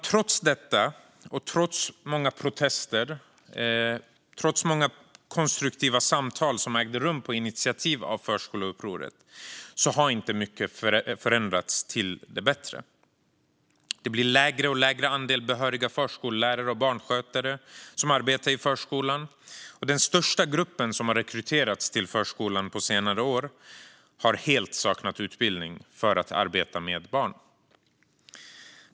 Trots detta, trots protester och trots konstruktiva samtal som ägt rum på initiativ av Förskoleupproret har inte mycket förändrats till det bättre. Andelen behöriga förskollärare och barnskötare inom förskolan blir allt lägre, och den största grupp som rekryterats till förskolan på senare år har helt saknat utbildning för att arbeta med barn.